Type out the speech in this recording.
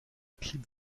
clip